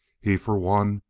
he, for one,